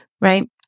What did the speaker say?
right